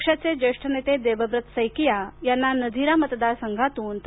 पक्षाचे ज्येष्ठ नेते देबब्रत सैकिया यांना नाझीरा मतदारसंघातून डॉ